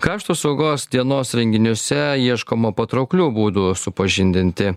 krašto apsaugos dienos renginiuose ieškoma patrauklių būdų supažindinti